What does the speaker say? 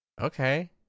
okay